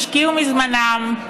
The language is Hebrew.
השקיעו מזמנם,